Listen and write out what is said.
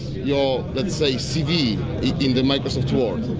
your. let's say cv in the microsoft word.